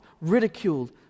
ridiculed